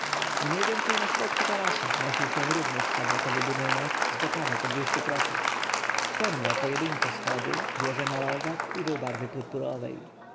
mniej więcej na środku tarasu wznosił się również kwadratowy budynek z bokami po dwieście kroków ten miał pojedyńcze schody wieże na rogach i był barwy purpurowej